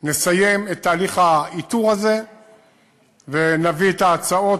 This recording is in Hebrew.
נסיים את תהליך האיתור הזה ונביא את ההצעות,